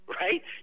Right